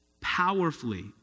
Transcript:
powerfully